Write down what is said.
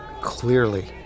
clearly